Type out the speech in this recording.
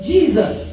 Jesus